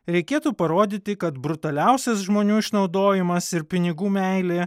reikėtų parodyti kad brutaliausias žmonių išnaudojimas ir pinigų meilė